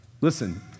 Listen